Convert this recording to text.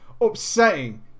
upsetting